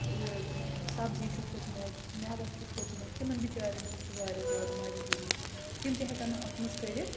سبزی چھُ کھوٚتمُت مٮ۪وس چھُ کھوٚمُت تِمن بِچارٮ۪ن یہِ چھِ وارِیاہ زیادٕ مجبوٗری تِم تہِ ہٮ۪کن نہٕ اَتھ منٛز کٔرِتھ